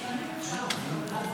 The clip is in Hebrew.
נקרא גם בפרשת חיי שרה.